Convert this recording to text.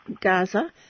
Gaza